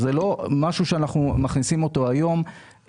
זה לא משהו שאנחנו מכניסים היום,